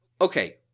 Okay